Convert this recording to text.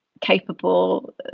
capable